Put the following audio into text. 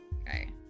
okay